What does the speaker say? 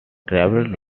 travelled